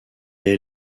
est